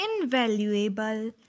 invaluable